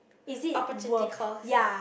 opportunity calls